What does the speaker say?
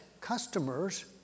customers